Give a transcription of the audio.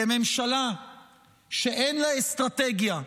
כי ממשלה שאין לה אסטרטגיה,